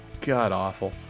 god-awful